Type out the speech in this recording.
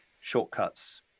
shortcuts